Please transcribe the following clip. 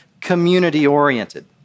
community-oriented